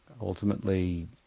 Ultimately